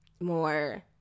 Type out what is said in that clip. more